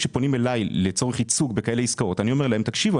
כשפונים אלי לצורך ייצוג בכאלה עסקאות אני אומר להם: תקשיבו,